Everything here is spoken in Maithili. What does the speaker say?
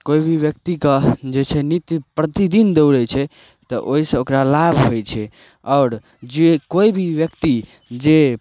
कोइ भी व्यक्तिके जे छै नित प्रतिदिन दौड़य छै तऽ ओहिसऽ ओकरा लाभ होइ छै आओर जे कोइ भी व्यक्ति जे